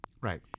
Right